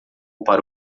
para